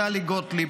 טלי גוטליב,